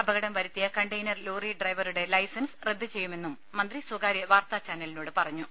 അപകടം വരുത്തിയ container lorry ഡ്രൈവറുടെ ലൈസൻസ് റദ്ദ് ചെയ്യുമെന്നും മന്ത്രി സ്വകാര്യ വാർത്താചാനലി നോട് പറഞ്ഞു